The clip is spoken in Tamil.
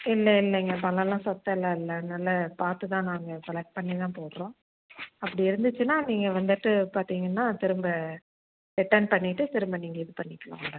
இல்லை இல்லைங்க பழம் எல்லாம் சொத்தை எல்லாம் இல்லை நல்ல பார்த்து தான் நாங்கள் செலெக்ட் பண்ணி தான் போடுறோம் அப்படி இருந்துச்சுன்னா நீங்கள் வந்துவிட்டு பார்த்திங்கன்னா திரும்ப ரிட்டர்ன் பண்ணிவிட்டு திரும்ப நீங்கள் இது பண்ணிக்லாம் உடனே